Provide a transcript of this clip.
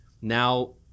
now